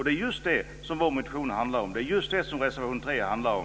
Det är just det som våra motioner och reservation 3 handlar om.